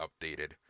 updated